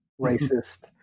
racist